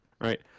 right